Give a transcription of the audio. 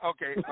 Okay